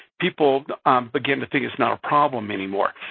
people begin to think it's not a problem anymore.